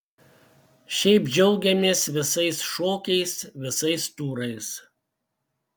šiaip džiaugiamės visais šokiais visais turais